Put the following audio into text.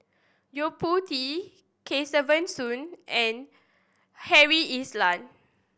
Yo Po Tee Kesavan Soon and Harry Elias